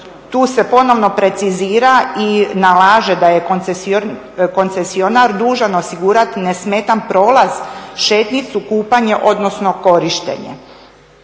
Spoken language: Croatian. tu se ponovno precizira i nalaže da je koncesionar dužan osigurati nesmetan prolaz, šetnicu, kupanje, odnosno korištenje